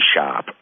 shop